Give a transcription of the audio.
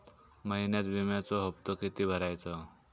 महिन्यात विम्याचो हप्तो किती भरायचो?